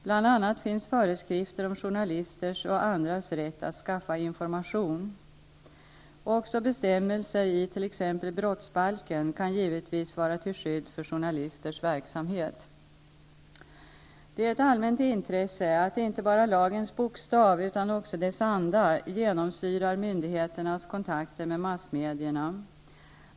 Bl.a. finns det föreskrifter om journalisters och andras rätt att skaffa information. Också bestämmelser i t.ex. brottsbalken kan givetvis vara till skydd för journalisters verksamhet. Det är ett allmänt intresse att inte bara lagens bokstav utan också dess anda genomsyrar myndigheternas kontakter med massmedierna.